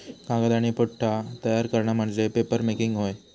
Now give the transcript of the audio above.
कागद आणि पुठ्ठा तयार करणा म्हणजे पेपरमेकिंग होय